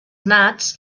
nats